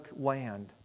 land